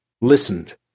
listened